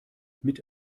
mit